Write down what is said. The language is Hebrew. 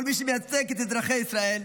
כל מי שמייצג את אזרחי ישראל,